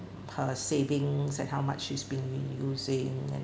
her savings and how much she's been using and